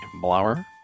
Blower